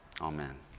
amen